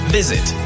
visit